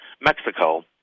Mexico